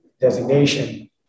Designation